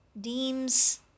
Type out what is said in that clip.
Deems